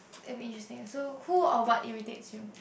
it'll be interesting so who or what irritates you